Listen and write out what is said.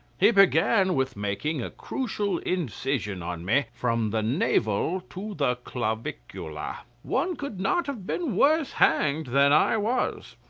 he began with making a crucial incision on me from the navel to the clavicula. one could not have been worse hanged than i was.